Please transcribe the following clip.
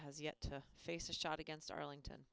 has yet to face a shot against arlington